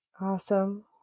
Awesome